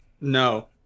No